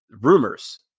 rumors